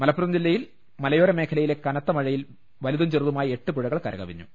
മലപ്പുറം ജില്ലയിൽ മലയോര മേഖലയിലെ കനത്ത മഴയിൽ വലുതും ചെറുതുമായ എട്ട് പുഴകൾ ക്ര ്കവിഞ്ഞു